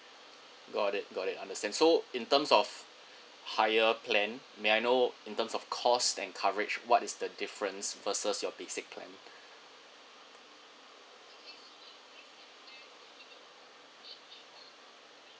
got it got it understand so in terms of higher plan may I know in terms of cost and coverage what is the difference versus your basic plan